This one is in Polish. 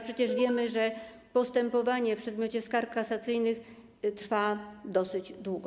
Przecież wiemy, że postępowanie w przedmiocie skarg kasacyjnych trwa dosyć długo.